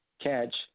catch